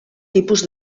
tipus